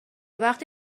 وقتی